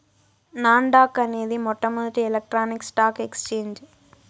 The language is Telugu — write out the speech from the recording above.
నాన్ డాక్ అనేది మొట్టమొదటి ఎలక్ట్రానిక్ స్టాక్ ఎక్సేంజ్